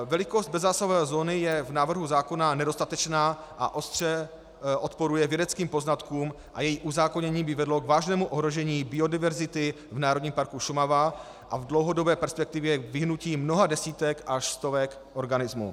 1. Velikost bezzásahové zóny je v návrhu zákona nedostatečná a ostře odporuje vědeckým poznatkům a její uzákonění by vedlo k vážnému ohrožení biodiverzity v Národním parku Šumava a v dlouhodobé perspektivě k vyhynutí mnoha desítek až stovek organismů.